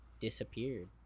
disappeared